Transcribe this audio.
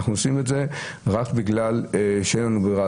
אנחנו עושים את זה רק בגלל שאין לנו ברירה,